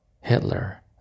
Hitler